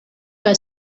que